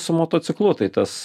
su motociklu tai tas